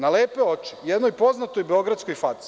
Na lepe oči, jednoj poznatoj beogradskoj faci.